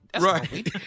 Right